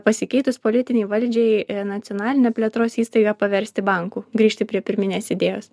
pasikeitus politinei valdžiai nacionalinę plėtros įstaigą paversti banku grįžti prie pirminės idėjos